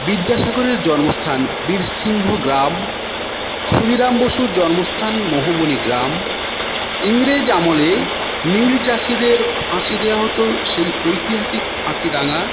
বিদ্যাসাগরের জন্মস্থান বীরসিংহ গ্রাম ক্ষুদিরাম বসুর জন্মস্থান মহুবনি গ্রাম ইংরেজ আমলে নীল চাষিদের ফাঁসি দেওয়া হতো সেই ঐতিহাসিক ফাঁসিডাঙ্গা